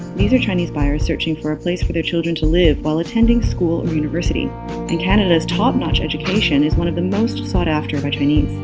these are chinese buyers searching for a place for their children to live while attending school or university and canada's top-notch education is one of the most sought-after by chinese.